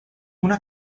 una